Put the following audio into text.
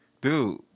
dude